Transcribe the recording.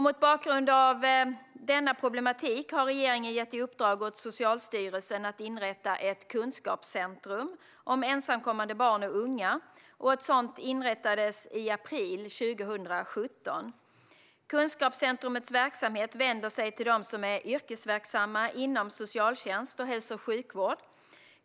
Mot bakgrund av denna problematik har regeringen gett i uppdrag åt Socialstyrelsen att inrätta ett kunskapscentrum om ensamkommande barn och unga, och ett sådant inrättades i april 2017. Kunskapscentrumets verksamhet vänder sig till dem som är yrkesverksamma inom socialtjänst och hälso och sjukvård.